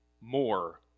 more